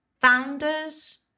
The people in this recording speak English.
founders